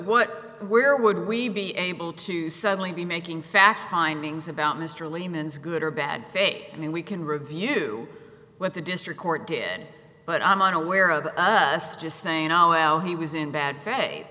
what where would we be able to suddenly be making fact findings about mr layman is good or bad faith and we can review what the district court did but i'm unaware of us just saying oh well he was in bad fa